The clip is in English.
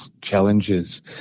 challenges